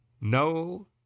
no